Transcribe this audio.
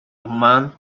among